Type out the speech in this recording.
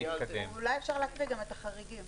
ואולי אפשר להקריא את החריגים.